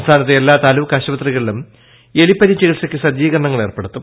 സംസ്ഥാനത്തെ എല്ലാ താലൂക്ക് ആശുപത്രികളിലും എലിപ്പനി ചികിൽസയ്ക്ക് സജ്ജീകരണങ്ങൾ ഏർപ്പെടുത്തും